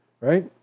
right